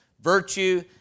virtue